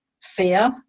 fear